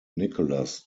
nicholas